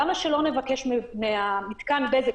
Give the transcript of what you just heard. למה שלא נבקש ממתקן "בזק",